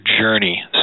journey